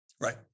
Right